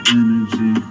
energy